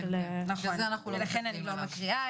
נכון, ולכן אני לא מקריאה.